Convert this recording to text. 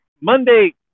Monday